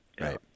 Right